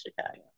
chicago